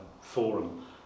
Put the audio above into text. Forum